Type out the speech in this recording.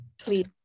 please